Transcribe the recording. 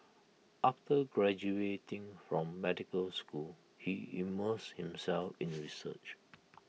after graduating from medical school he immersed himself in research